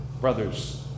Brothers